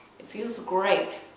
it feels great.